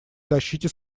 тащите